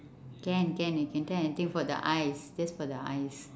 can can you can tell anything for the eyes just for the eyes